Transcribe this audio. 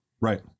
right